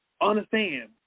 Understand